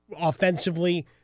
offensively